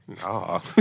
No